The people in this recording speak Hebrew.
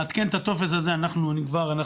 לעדכן את הטופס הזה, אנחנו נראה.